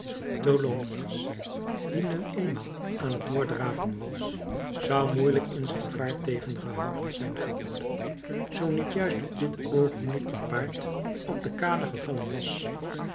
tholomyès die nu eenmaal aan t doordraven was zou moeielijk in zijn vaart tegengehouden zijn geworden zoo niet juist op dit oogenblik een paard op de kade gevallen was